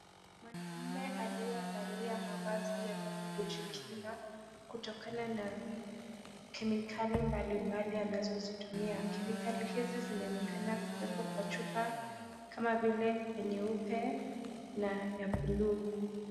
Mwanamume aliyevalia mavazi ya kujikinga kutokana na kemikali mbalimbali anazozitumia, kemikali hizi zinaonekana kuwekwa kwa chupa kama vile nyeupe na ya bluu.